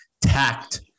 tact